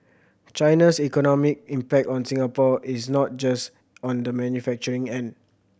China's economic impact on Singapore is not just on the manufacturing end